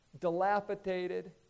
Dilapidated